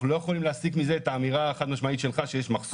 אנחנו לא יכולים להסיק מזה את האמירה החד-משמעית שלך שיש מחסור.